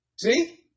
See